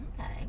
Okay